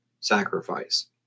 sacrifice